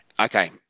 Okay